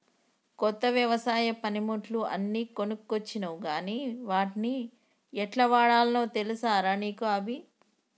కొత్త వ్యవసాయ పనిముట్లు అన్ని కొనుకొచ్చినవ్ గని వాట్ని యెట్లవాడాల్నో తెలుసా రా నీకు అభి